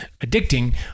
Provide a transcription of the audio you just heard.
addicting